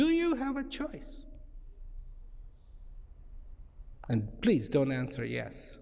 do you have a choice and please don't answer yes